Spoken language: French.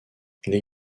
les